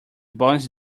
boils